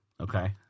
okay